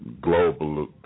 global